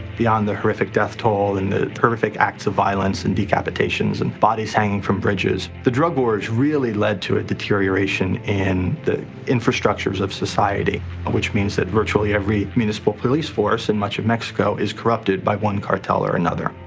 beyond the horrific death toll, and the horrific acts of violence, and decapitations and bodies hanging from bridges, the drug war has really led to a deterioration in the infrastructures of society which means that virtually every municipal police force in much of mexico is corrupted by one cartel or another.